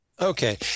Okay